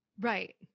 Right